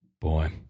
Boy